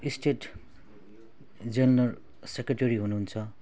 state general secretary हुनु हुन्छ